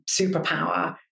superpower